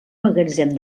magatzem